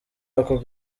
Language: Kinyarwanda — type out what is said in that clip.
ako